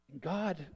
God